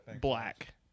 black